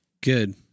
Good